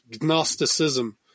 Gnosticism